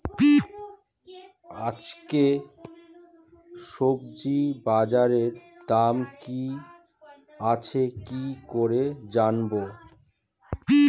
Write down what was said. আজকে সবজি বাজারে দাম কি আছে কি করে জানবো?